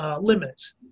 limits